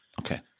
okay